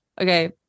Okay